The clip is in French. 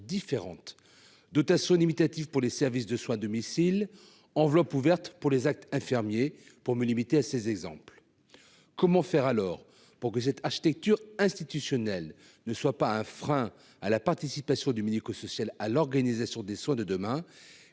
différentes : dotation limitative pour les services de soins à domicile ; enveloppe ouverte pour les actes infirmiers, pour me limiter à ces exemples. Comment faire, alors, pour que cette architecture institutionnelle ne soit pas un frein à la participation du médico-social à l'organisation des soins de demain